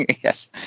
Yes